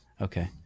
Okay